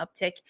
uptick